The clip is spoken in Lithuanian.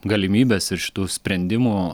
galimybės ir šitų sprendimų